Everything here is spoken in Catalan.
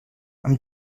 amb